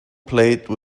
plate